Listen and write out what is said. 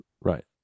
right